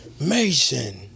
Mason